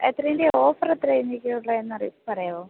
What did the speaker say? എത്രേൻ്റെയാ offer എത്രയായിരുന്നു ഇത് ഉള്ളേ എന്ന പറയാമോ